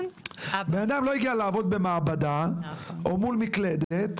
בן אדם לא הגיע לעבוד במעבדה או מול מקלדת,